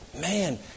Man